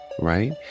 Right